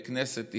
לכנסת ישראל,